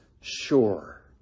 sure